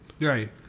right